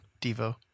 devo